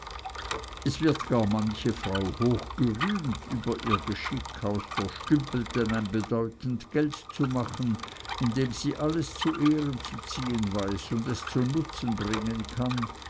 es wird gar manche frau hoch gerühmt über ihr geschick aus der stümpelten ein bedeutend geld zu machen indem sie alles zu ehren zu ziehen weiß und es zu nutzen bringen kann